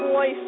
Boy